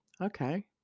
Okay